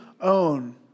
own